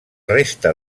resta